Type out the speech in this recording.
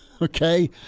okay